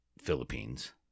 Philippines